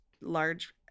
large